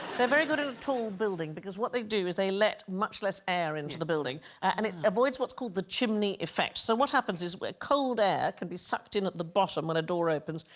they're very good in a tall building because what they do is they let much less air into the building and it avoids what's called the chimney effect so what happens is where cold air can be sucked in at the bottom when a door opens?